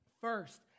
First